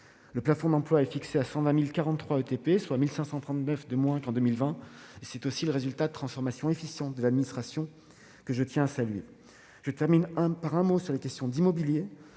Le plafond d'emplois est fixé à 120 043 ETP, soit 1 539 de moins qu'en 2020. C'est aussi le résultat de transformations efficientes de l'administration que je tiens à saluer. Je termine en un mot sur les questions immobilières.